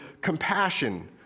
compassion